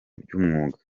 by’umwuga